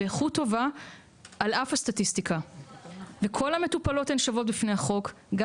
באיכות טובה על אף הסטטיסטיקה וכל המטופלות הן שוות בפני החוק גם